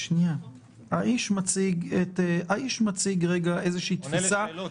האיש מציג רגע איזה תפיסה -- עונה לשאלות.